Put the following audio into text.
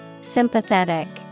Sympathetic